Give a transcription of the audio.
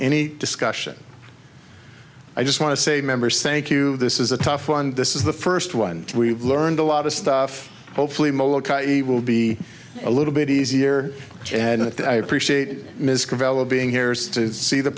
any discussion i just want to say members thank you this is a tough one this is the first one we've learned a lot of stuff hopefully we will be a little bit easier and i appreciate ms cavallo being here is to see the